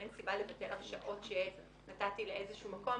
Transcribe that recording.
אין סיבה לבטל הרשאות שנתתי לאיזשהו מקום